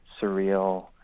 surreal